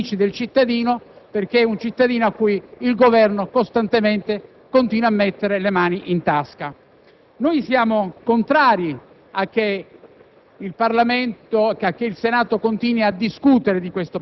al Tesoro dello Stato che vengono dai sacrifici dei cittadini, perché è un cittadino cui il Governo continua a mettere le mani in tasca. Siamo contrari a che